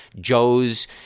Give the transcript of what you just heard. Joe's